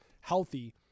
healthy